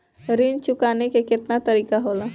ऋण चुकाने के केतना तरीका होला?